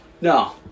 No